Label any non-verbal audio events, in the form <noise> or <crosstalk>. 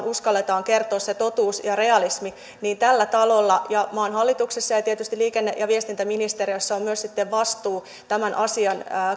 <unintelligible> uskalletaan kertoa se totuus ja realismi tällä talolla ja maan hallituksella ja tietysti liikenne ja viestintäministeriössä on myös vastuu asian